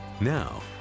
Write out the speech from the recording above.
Now